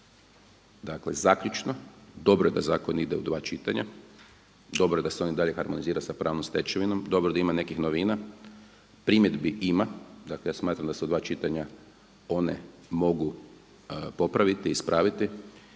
Dakle, zaključno, dobro je da zakon ide u dva čitanja, dobro je da se on i dalje harmonizira sa pravnom stečevinom, dobro je da ima nekih novina. Primjedbi ima, dakle ja smatram da se u dva čitanja one mogu popraviti, ispraviti